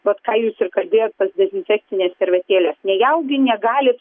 vat ką jus ir kalbėjot tos dezinfekcinės servetėlės nejaugi negalit